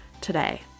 today